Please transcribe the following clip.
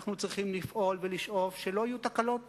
אנחנו צריכים לפעול ולשאוף שלא תהיינה תקלות